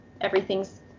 everything's